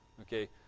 okay